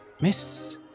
Miss